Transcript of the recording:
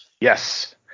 Yes